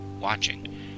watching